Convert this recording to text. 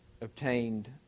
obtained